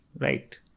right